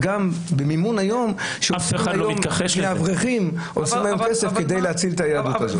גם במימון שאפילו היום מבקשים מאברכים כסף כדי להציל את היהדות הזאת.